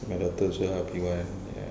my daughter also now P one